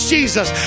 Jesus